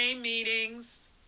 meetings